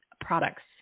products